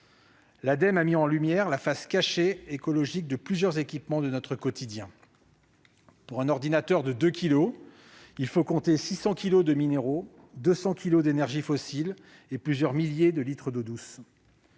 L'Ademe a mis en lumière la face cachée écologique de plusieurs équipements de notre quotidien : pour un ordinateur de 2 kilos, il faut compter 600 kilos de minéraux, 200 kilos d'énergies fossiles et plusieurs milliers de litres d'eau douce